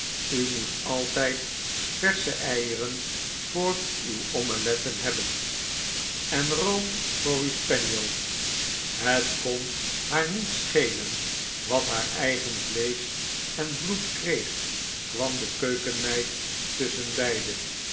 u moest altijd versche eieren voor uw omeletten hebben en room voor uw spaniel het kon haar niet schelen wat haar eigen vleesch en bloed kreeg kwam de keukenmeid